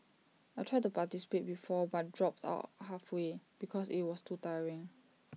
I tried to participate before but dropped out halfway because IT was too tiring